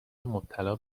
مبتلا